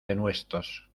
denuestos